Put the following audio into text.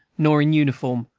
nor in uniform,